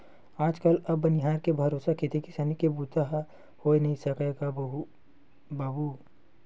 आज कल अब बनिहार के भरोसा खेती किसानी के बूता ह होय नइ सकय गा बाबूय